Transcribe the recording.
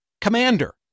Commander